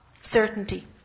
certainty